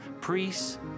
priests